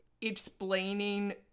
Explaining